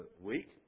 week